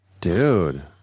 Dude